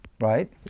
right